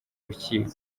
rukiko